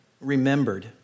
remembered